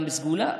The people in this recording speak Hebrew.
גם בסגולה.